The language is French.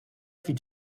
fût